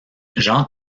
jean